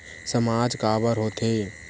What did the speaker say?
सामाज काबर हो थे?